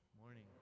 Morning